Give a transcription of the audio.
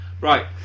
Right